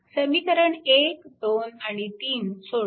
समीकरण 1 2 आणि 3 सोडवा